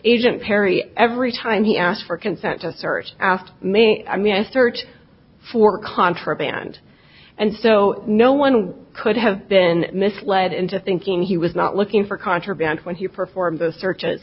agent perry every time he asked for consent to search asked may i mean a search for contraband and so no one could have been misled into thinking he was not looking for contraband when he performs the search